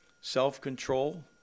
self-control